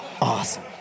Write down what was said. Awesome